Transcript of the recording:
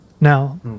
Now